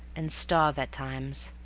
and starve at times.